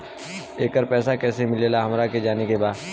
येकर पैसा कैसे मिलेला हमरा के जाने के बा?